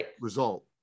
result